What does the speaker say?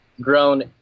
grown